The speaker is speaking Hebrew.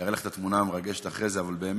אראה לך את התמונה המרגשת אחרי זה, אבל באמת,